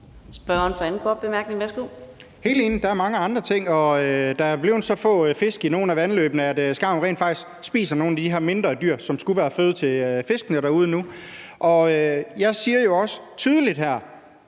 Der er mange andre ting, og der er blevet så få fisk i nogle af vandløbene, at skarven rent faktisk spiser nogle af de her mindre dyr, som skulle være føde til fiskene derude nu. Jeg siger jo også tydeligt her,